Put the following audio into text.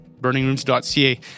burningrooms.ca